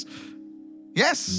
Yes